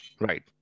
Right